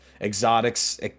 exotics